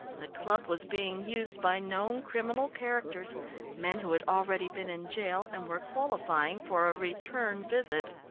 the club was being used by known criminal characters men who had already been in jail and were qualifying for a return visit.